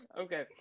Okay